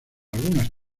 algunas